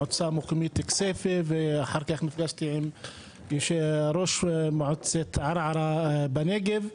הייתי במועצה מקומית כסיפה ואחר כך נפגשתי עם ראש מועצת ערערה בנגב,